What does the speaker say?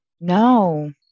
No